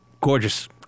gorgeous